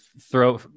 throw